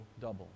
double